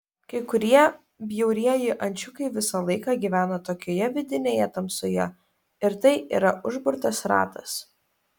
kai kurie bjaurieji ančiukai visą laiką gyvena tokioje vidinėje tamsoje ir tai yra užburtas ratas